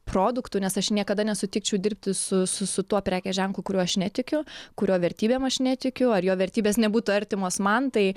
produktų nes aš niekada nesutikčiau dirbti su su su tuo prekės ženklu kuriuo aš netikiu kurio vertybėm aš netikiu ar jo vertybės nebūtų artimos man tai